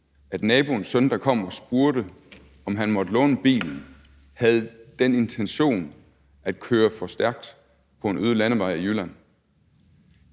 at naboens søn, der kom og spurgte, om han måtte låne bilen, havde den intention at køre for stærkt på en øde landevej i Jylland?